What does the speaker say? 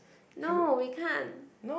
no we can't